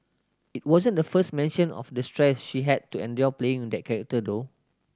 it wasn't the first mention of the stress she had to endure playing that character though